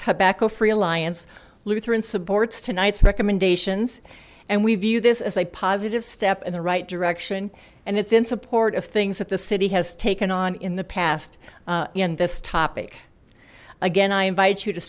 tobacco free alliance lutheran supports tonight's recommendations and we view this as a positive step in the right direction and it's in support of things that the city has taken on in the past in this topic again i invite you to